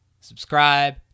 Subscribe